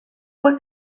fue